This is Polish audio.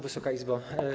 Wysoka Izbo!